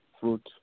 fruit